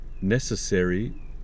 necessary